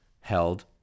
held